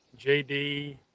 JD